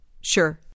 Sure